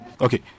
Okay